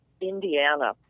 Indiana